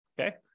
okay